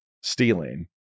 stealing